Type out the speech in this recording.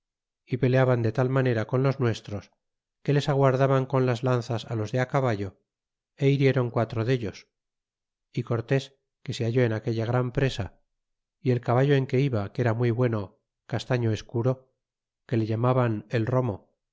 y peleaban de tal manera con los nuestros que les aguardaban con las lamas los de caballo e hirieron quatro dellos y cortes que se halle en aquella gran presa y el caballo en que iba que era muy bueno castaño escuro que le llamaban el romo